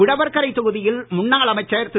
உழவர்கரை தொகுதியில் முன்னாள் அமைச்சர் திரு